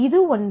இது 1